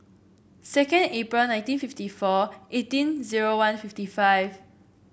second April nineteen fifty four eighteen zero one fifty five